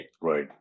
right